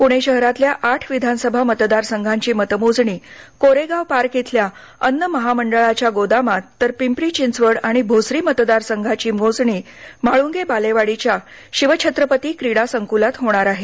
पुणे शहरातल्या आठ विधानसभा मतदार संघांची मतमोजणी कोरेगाव पार्क इथल्या अन्न महामंडळाच्या गोदामात तर पिंपरी चिंचवड आणि भोसरी मतदारसंघाची मोजणी म्हाळंगे बालेवाडीच्या शिवछत्रपती क्रीडा संक्लात होणार आहे